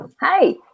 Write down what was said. Hi